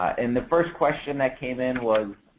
in the first question that came in was,